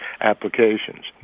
applications